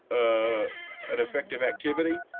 ah an effective activity.